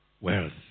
wealth